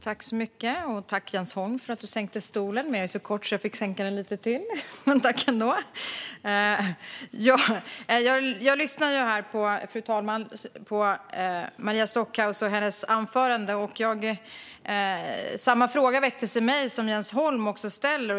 Fru talman! När jag lyssnade på Maria Stockhaus anförande väcktes samma fråga hos mig som Jens Holm ställde.